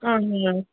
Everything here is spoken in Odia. ହଁ